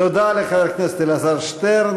תודה לחבר הכנסת אלעזר שטרן.